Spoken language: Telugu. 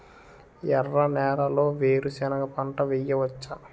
ఎర్ర నేలలో వేరుసెనగ పంట వెయ్యవచ్చా?